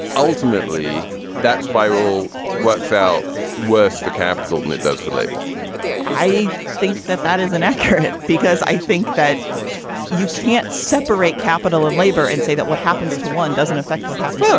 ultimately that spiral works out worse. the cap. and it does for labor i think that that is an accurate because i think that you can't separate capital and labor and say that what happens to one doesn't affect what happens.